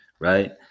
right